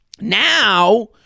Now